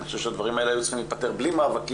אני חושב שהדברים האלה היו צריכים להיפתר בלי מאבקים,